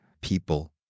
people